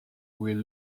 will